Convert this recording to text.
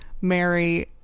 Mary